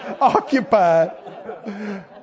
Occupied